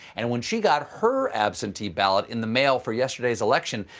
and when she got her absentee ballot in the mail for yesterday's election,